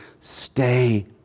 stay